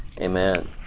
Amen